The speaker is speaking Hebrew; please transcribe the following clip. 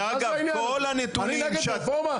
ואגב, כל הנתונים --- אני נגד רפורמה?